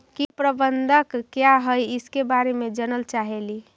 कीट प्रबनदक क्या है ईसके बारे मे जनल चाहेली?